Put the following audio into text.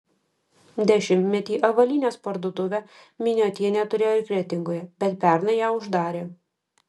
dešimtmetį avalynės parduotuvę miniotienė turėjo ir kretingoje bet pernai ją uždarė